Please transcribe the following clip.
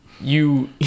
you-